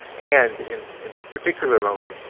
and in in the particular moment,